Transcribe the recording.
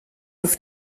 auf